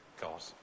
God